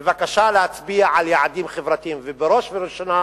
בבקשה להצביע על יעדים חברתיים, ובראש ובראשונה